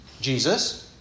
Jesus